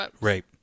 Right